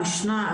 המשנה,